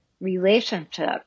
relationship